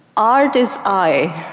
art is i.